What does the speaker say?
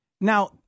Now